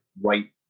white